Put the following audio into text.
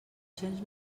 cents